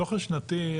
הדו"ח השנתי,